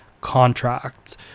contract